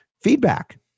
feedback